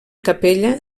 capella